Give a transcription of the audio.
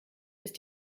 ist